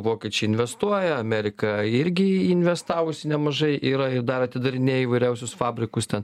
vokiečiai investuoja amerika irgi investavusi nemažai yra ir dar atidarinėja įvairiausius fabrikus ten